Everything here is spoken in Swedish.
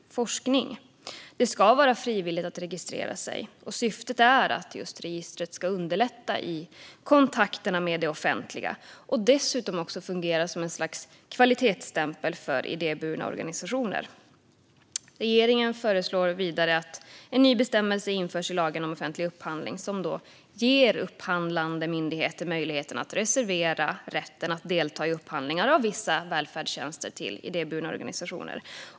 Registreringen ska vara frivillig. Syftet är just att registret ska underlätta i kontakterna med det offentliga och dessutom fungera som ett slags kvalitetsstämpel för idéburna organisationer. Regeringen föreslår vidare att en ny bestämmelse införs i lagen om offentlig upphandling, som ger upphandlade myndigheter möjligheten att reservera rätten att delta i upphandlingar av vissa välfärdstjänster till idéburna organisationer.